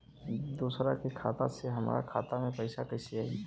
दूसरा के खाता से हमरा खाता में पैसा कैसे आई?